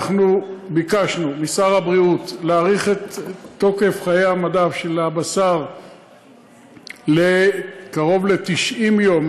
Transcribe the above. ביקשנו משר הבריאות להאריך את תוקף חיי המדף של הבשר לקרוב ל-90 יום,